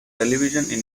television